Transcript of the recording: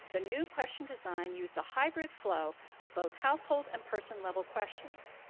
the new question design used a hybrid flow of both household and person-level questions.